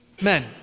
Men